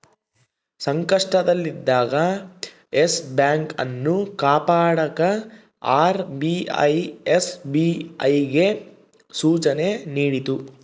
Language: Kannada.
ಸಂಕಷ್ಟದಲ್ಲಿದ್ದ ಯೆಸ್ ಬ್ಯಾಂಕ್ ಅನ್ನು ಕಾಪಾಡಕ ಆರ್.ಬಿ.ಐ ಎಸ್.ಬಿ.ಐಗೆ ಸೂಚನೆ ನೀಡಿತು